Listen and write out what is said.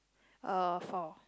uh four